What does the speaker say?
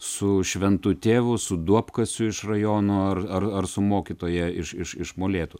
su šventu tėvu su duobkasiu iš rajono ar ar ar su mokytoja iš iš iš molėtų